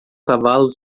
cavalo